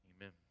Amen